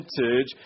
vintage